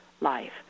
life